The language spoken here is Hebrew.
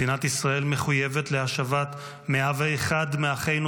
מדינת ישראל מחויבת להשבת 101 מאחינו